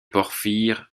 porphyre